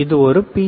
இது ஒரு பி